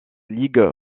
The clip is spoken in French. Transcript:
ligue